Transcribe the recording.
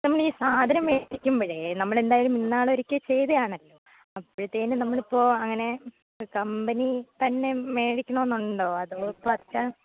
നമ്മൾ ഈ സാധനം മേടിക്കുമ്പോഴേ നമ്മൾ എന്തായാലും ഇന്നാൾ ഒരിക്കൽ ചെയ്തതാണല്ലോ അപ്പോഴത്തേനും നമ്മൾ ഇപ്പോൾ അങ്ങനെ കമ്പനി തന്നെ മേടിക്കണം എന്നുണ്ടോ അതോ പച്ച